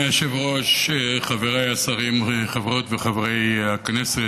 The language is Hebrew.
אדוני היושב-ראש, חבריי השרים, חברות וחברי הכנסת,